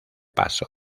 paso